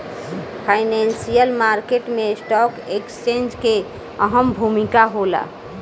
financial market में stock exchange के अहम भूमिका होला